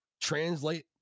translate